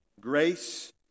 Grace